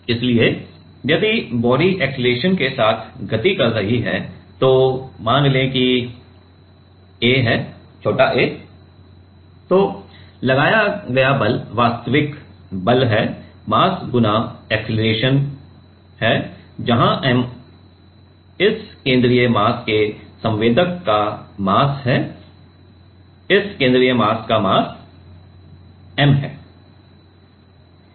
इसलिए यदि body acceleration के साथ गति कर रहा है तो मान लें कि छोटा a है तो लगाया गया बल वास्तविक बल है मास गुना अक्सेलरेशन है जहाँ m इस केंद्रीय मास के संवेदक का मास है इस केंद्रीय मास का मास m है